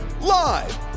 Live